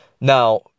Now